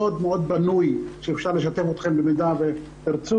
בנוי מאוד שאפשר לשתף אתכם בו במידה ותרצו.